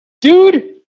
dude